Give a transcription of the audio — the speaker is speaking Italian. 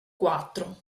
quattro